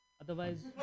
Otherwise